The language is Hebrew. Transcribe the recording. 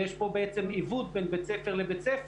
ויש פה בעצם עיוות בין בית ספר לבית ספר.